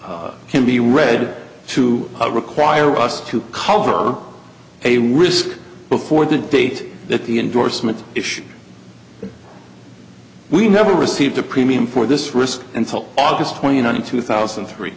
company can be read to require us to cover a risk before the date that the endorsement issue we never received a premium for this risk until august twenty ninth two thousand and three